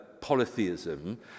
polytheism